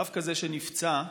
דווקא זה שנפצע התעשת,